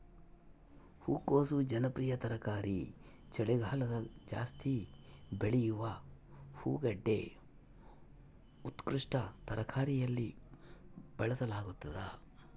ಹೂಕೋಸು ಜನಪ್ರಿಯ ತರಕಾರಿ ಚಳಿಗಾಲದಗಜಾಸ್ತಿ ಬೆಳೆಯುವ ಹೂಗಡ್ಡೆ ಉತ್ಕೃಷ್ಟ ತರಕಾರಿಯಲ್ಲಿ ಬಳಸಲಾಗ್ತದ